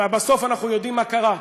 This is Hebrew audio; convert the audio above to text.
ובסוף אנחנו יודעים מה קרה.